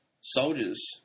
soldiers